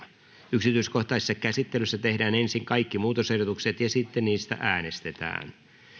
yksityiskohtaisessa käsittelyssa tehdään ensin kaikki muutosehdotukset ja sitten niistä äänestetään